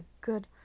good